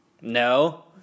No